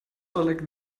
like